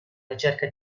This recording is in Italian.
ricerca